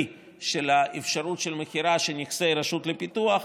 של האפשרות של מכירה של נכסי הרשות לפיתוח.